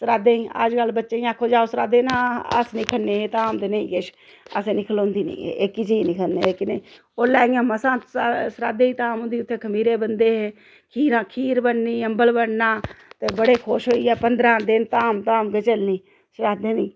सरादें दी अज्जकल बच्चें गी आक्खो जाओ सरादें गी नां अस नी खन्ने एह् धाम ते नेईं किश असें गी नेईं खलोंदी नेईं एह्की चीज़ नेईं खन्ने एह्की नेईं ओल्लै मसां कुसै सरादै दी धाम होंदी उत्थें खमीरे बनदे हे खीरां खीर बननी अंबल बनना ते बड़े खुश होइयै पंदरां दिन धाम धाम गै चलनी सरादें दी